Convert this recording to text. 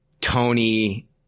Tony